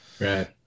Right